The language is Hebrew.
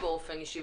לי באופן אישי,